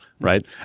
right